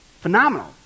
Phenomenal